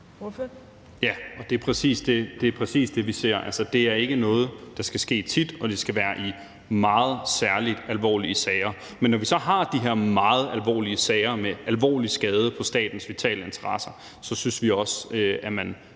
Ja, og det er præcis det, vi gerne ser: Det er ikke noget, der skal ske tit, og det skal være i meget særlig alvorlige sager. Men når vi så har de her meget alvorlige sager med alvorlig skade på statens vitale interesser, så synes vi også, at man